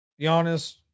Giannis